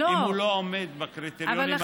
אם הוא לא עומד בקריטריונים האלה אז הוא נדחה.